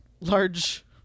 large